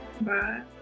Bye